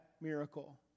miracle